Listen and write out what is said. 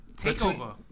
Takeover